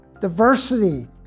diversity